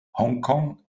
hongkong